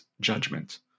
judgment